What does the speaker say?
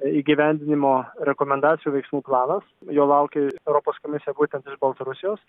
įgyvendinimo rekomendacijų veiksmų planas jo laukia europos komisija būtent iš baltarusijos